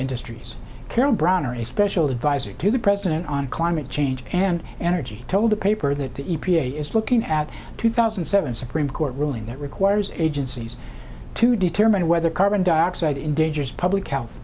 industries carol browner a special advisor to the president on climate change and energy told the paper that the e p a is looking at two thousand and seven supreme court ruling that requires agencies to determine whether carbon dioxide in danger is public health